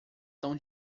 tão